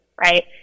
right